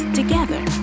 together